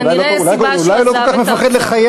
אולי הוא לא כל כך מפחד לחייו.